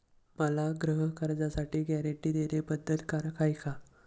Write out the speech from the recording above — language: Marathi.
मला गृहकर्जासाठी गॅरंटी देणं बंधनकारक आहे का?